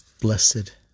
Blessed